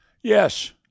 Yes